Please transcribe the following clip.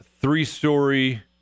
three-story